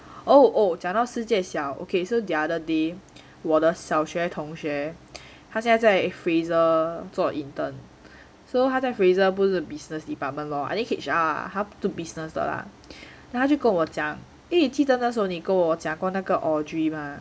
oh oh 讲到世界小 okay so the other day 我的小学同学他现在在 Fraser 做 intern so 他在 Fraser 不是 business department lor I think H_R ah 他 do business 的啦他就跟我讲 eh 记得那时候你跟我讲过那个 audrey mah